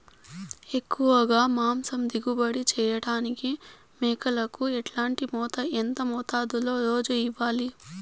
ఎక్కువగా మాంసం దిగుబడి చేయటానికి మేకలకు ఎట్లాంటి మేత, ఎంత మోతాదులో రోజు ఇవ్వాలి?